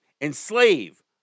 enslave